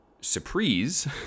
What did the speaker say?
surprise